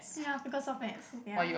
ya because of Maths ya